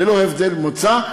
ללא הבדל מוצא,